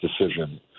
decision